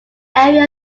area